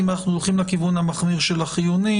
האם אנחנו הולכים לכיוון המחמיר של החיוני,